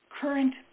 current